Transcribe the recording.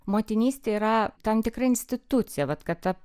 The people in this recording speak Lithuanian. motinystė yra tam tikra institucija vat kad ta